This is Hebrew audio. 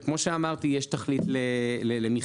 וכמו שאמרתי, יש תכלית למכרז,